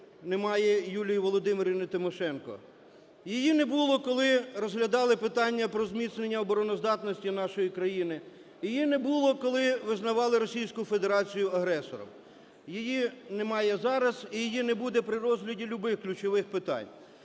немає Юлії Володимирівни Тимошенко. Її не було, коли розглядали питання про зміцнення обороноздатності нашої країни, її не було, коли визнавали Російську Федерацію агресором, її немає зараз і її не буде при розгляді любих ключових питань.